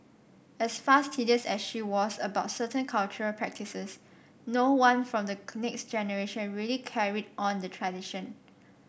as fastidious as she was about certain cultural practices no one from the next generation really carried on the tradition